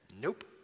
nope